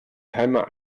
timer